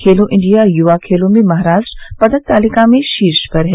खेलो India युवा खेलों में महाराष्ट्र पदक तालिका में शीर्ष पर है